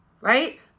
right